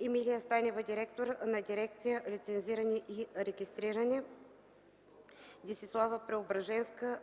Емилия Станева – директор на дирекция „Лицензиране и регистриране”, Десислава Преображенска